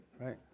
Right